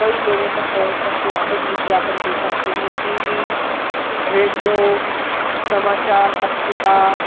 कई लोगों तक पहुँच सकते हैं विज्ञापन दे सकते हैं टी वी रेडियो समाचार पत्रिका